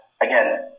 again